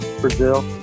Brazil